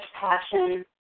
passion